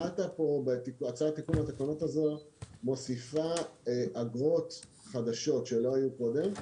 רת"א פה בהצעת תיקון לתקנות הזאת מוסיפה אגרות חדשות שלא היו קודם,